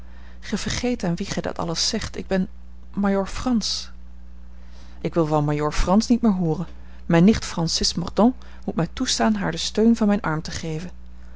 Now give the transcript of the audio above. vergeet aan wien gij dat alles zegt ik ben majoor frans ik wil van majoor frans niet meer hooren mijne nicht francis mordaunt moet mij toestaan haar den steun van mijn arm te geven